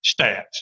stats